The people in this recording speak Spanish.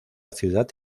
ciudad